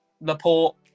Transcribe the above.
Laporte